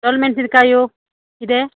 ದೊಣ್ಣೆ ಮೆಣಸಿನ್ಕಾಯು ಇದೆ